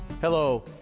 Hello